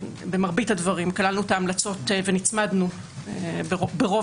שבמרבית הדברים כללנו את ההמלצות ונצמדנו ברוב